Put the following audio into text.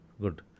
Good